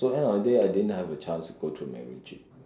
so end of the day I didn't have a chance to go through Macritchie